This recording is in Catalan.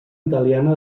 italiana